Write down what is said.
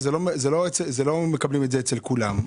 לא מקבלים את זה אצל כולם.